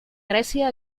grècia